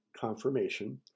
confirmation